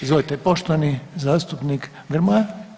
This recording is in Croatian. Izvolite poštovani zastupnik Grmoja.